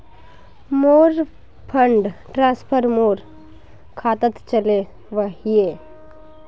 मोर fund transfer मोर खातात चले वहिये